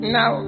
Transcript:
Now